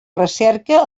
recerca